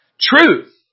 truth